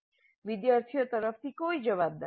વિદ્યાર્થીઓ તરફથી કોઈ જવાબદારી નથી